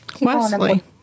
Wesley